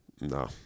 No